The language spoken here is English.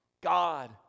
God